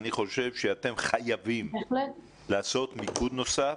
אני חושב שאתם חייבים לעשות מיקוד נוסף.